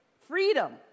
freedom